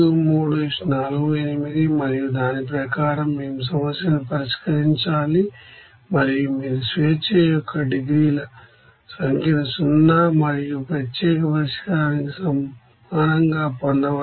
మరియు దాని ప్రకారం మేము సమస్యను పరిష్కరించాలి మరియు మీరు డిగ్రీస్ అఫ్ ఫ్రీడమ్ సంఖ్య 0 మరియు ప్రత్యేక పరిష్కారానికి సమానంగా పొందవచ్చు